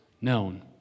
known